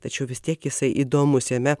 tačiau vis tiek jisai įdomus jame